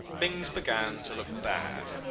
things began to look bad.